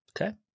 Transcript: Okay